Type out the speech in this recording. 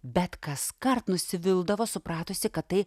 bet kaskart nusivildavo supratusi kad tai